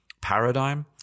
paradigm